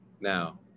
Now